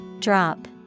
Drop